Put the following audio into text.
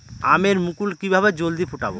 আমের মুকুল কিভাবে জলদি ফুটাব?